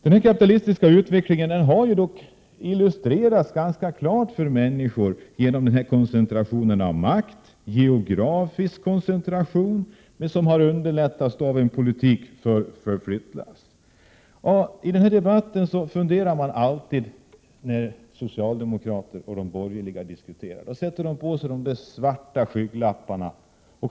Den kapitalistiska utvecklingen har illustrerats ganska tydligt för människor genom geografisk koncentration av makt, vilket har underlättats av en flyttlasspolitik. När socialdemokrater och de borgerliga diskuterar i den här debatten sätter de på sig de svarta skygglapparna.